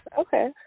Okay